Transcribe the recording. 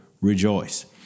rejoice